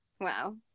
Wow